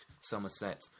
Somerset